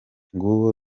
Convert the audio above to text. nguwo